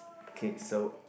okay so